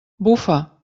bufa